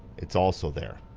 it's also there.